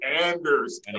Anders